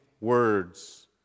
Words